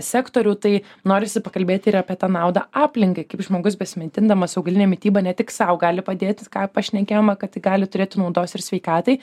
sektorių tai norisi pakalbėti ir apie tą naudą aplinkai kaip žmogus besimaitindamas augaline mityba ne tik sau gali padėti ką pašnekėjome kad tai gali turėti naudos ir sveikatai